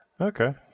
Okay